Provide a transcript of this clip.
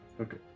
Okay